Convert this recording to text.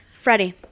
Freddie